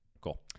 Cool